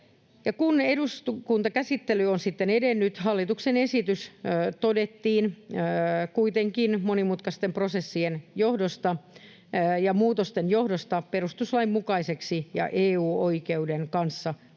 Kun eduskuntakäsittely on sitten edennyt, hallituksen esitys todettiin kuitenkin monimutkaisten prosessien ja muutosten johdosta perustuslain mukaiseksi ja EU-oikeuden kanssa